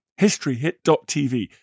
Historyhit.tv